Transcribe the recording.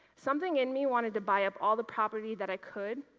something in me wanted to buy up all the property that i could,